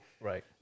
Right